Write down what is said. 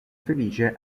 felice